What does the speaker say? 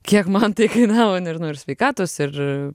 kiek man tai kainavo nežinau ir sveikatos ir